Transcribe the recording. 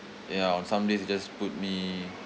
ya on some days they just put me